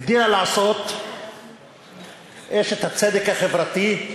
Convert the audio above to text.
הגדילה לעשות אשת הצדק החברתי,